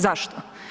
Zašto?